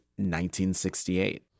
1968